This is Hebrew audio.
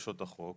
לדרישות החוק